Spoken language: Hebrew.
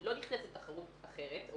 לא נכנסת תחרות אחרת.